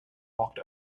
walked